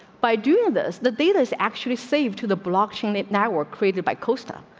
by doing this, the data is actually saved to the blockchain it now were created by costa,